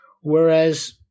Whereas